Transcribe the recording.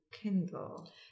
kindle